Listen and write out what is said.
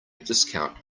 discount